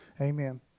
Amen